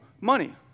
Money